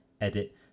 Edit